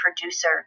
producer